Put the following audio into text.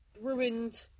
ruined